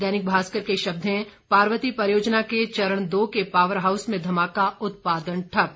दैनिक भास्कर के शब्द हैं पार्वती परियोजना के चरण दो के पावर हाउस में धमाका उत्पादन ठप्प